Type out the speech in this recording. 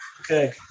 Okay